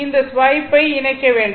இந்த ஸ்வைப் ஐ இணைக்க வேண்டும்